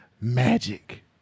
magic